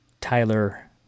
Tyler